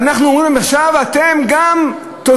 ואנחנו אומרים להם: עכשיו אתם גם תוציאו